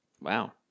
Wow